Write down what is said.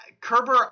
Kerber